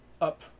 Up